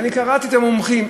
וקראתי את דברי המומחים,